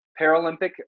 Paralympic